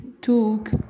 took